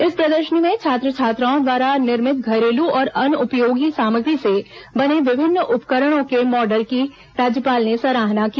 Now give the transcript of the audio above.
इस प्रदर्शनी में छात्र छात्राओं द्वारा निर्मित घरेलू और अनुपयोगी सामग्री से बने विभिन्न उपकरणों के मॉडल की राज्यपाल ने सराहना की